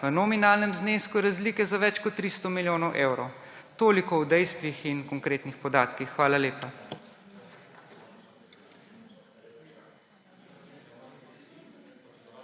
v nominalnem znesku razlike za več kot 300 milijonov evrov. Toliko o dejstvih in konkretnih podatkih. Hvala lepa.